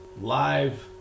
live